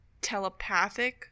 telepathic